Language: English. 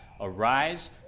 Arise